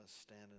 stand